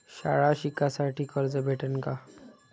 शाळा शिकासाठी कर्ज भेटन का?